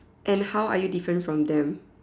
and how are you different from them